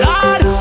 Lord